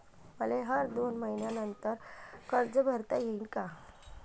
मले हर दोन मयीन्यानंतर कर्ज भरता येईन का?